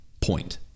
point